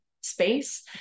space